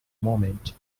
moment